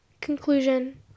Conclusion